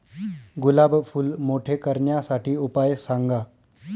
गुलाब फूल मोठे करण्यासाठी उपाय सांगा?